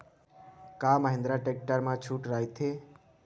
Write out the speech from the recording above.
का महिंद्रा टेक्टर मा छुट राइथे?